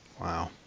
Wow